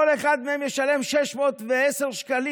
כל אחד מהם ישלם 610 שקלים.